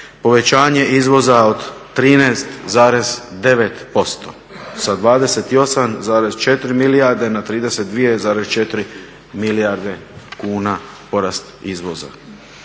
povećanje izvoza od 13,9% sa 28,4 milijarde na 32,4 milijarde kuna porast izvoza.